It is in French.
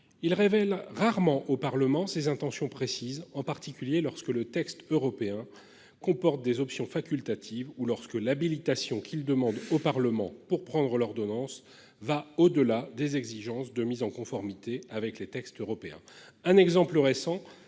Ils révèlent rarement au Parlement ses intentions précises en particulier lorsque le texte européen comporte des options facultatives, ou lorsque l'habilitation qu'il demande au Parlement pour prendre l'ordonnance va au-delà des exigences de mise en conformité avec les textes européens. Un exemple récent